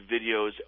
videos